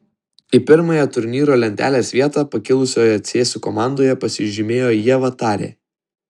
į pirmąją turnyro lentelės vietą pakilusioje cėsių komandoje pasižymėjo ieva tarė